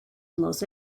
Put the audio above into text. los